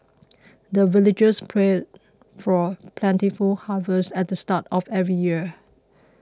the villagers pray for plentiful harvest at the start of every year